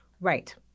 Right